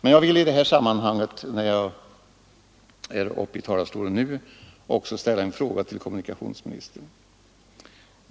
Men jag vill i detta sammanhang också ställa en fråga till kommunikationsministern.